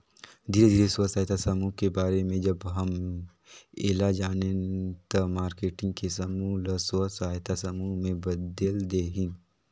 धीरे धीरे स्व सहायता समुह के बारे में जब हम ऐला जानेन त मारकेटिंग के समूह ल स्व सहायता समूह में बदेल देहेन